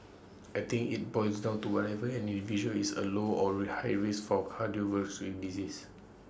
I think IT boils down to whether an individual is at low or ray high risk for cardiovascular in disease